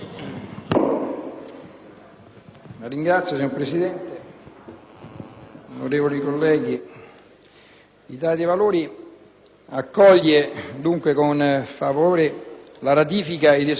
accoglie con favore la ratifica ed esecuzione del Trattato in materia di ispezioni su sfida, soprattutto per come, nell'Accordo di implementazione, viene privilegiato l'aspetto preventivo.